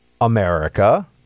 America